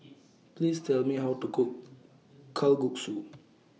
Please Tell Me How to Cook Kalguksu